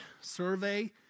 survey